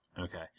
Okay